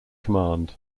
command